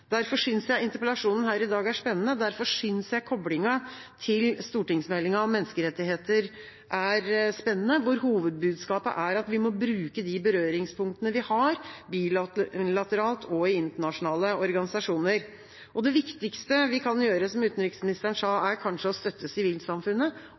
Derfor synes jeg interpellasjonen her i dag er spennende, derfor synes jeg koblinga til stortingsmeldinga om menneskerettigheter er spennende, der hovedbudskapet er at vi må bruke de berøringspunktene vi har bilateralt og i internasjonale organisasjoner. Det viktigste vi kan gjøre, som utenriksministeren sa, er kanskje å støtte sivilsamfunnet